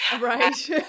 right